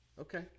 Okay